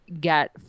get